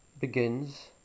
begins